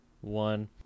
one